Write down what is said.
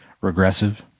regressive